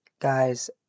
guys